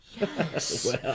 yes